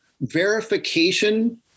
verification